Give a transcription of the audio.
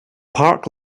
park